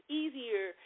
easier